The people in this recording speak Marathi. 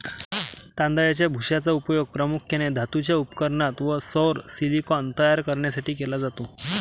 तांदळाच्या भुशाचा उपयोग प्रामुख्याने धातूंच्या उपचारात व सौर सिलिकॉन तयार करण्यासाठी केला जातो